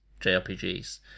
JRPGs